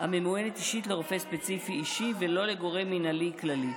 הממוענת אישית לרופא ספציפי אישי ולא לגורם מינהלי כללי.